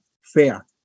fair